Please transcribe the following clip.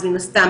אז מן הסתם